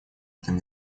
этом